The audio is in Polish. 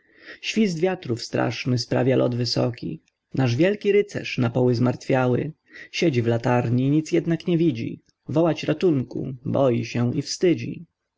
skały świst wiatrów straszny sprawia lot wysoki nasz wielki rycerz napoły zmartwiały siedzi w latarni nic jednak nie widzi wołać ratunku boi się i wstydzi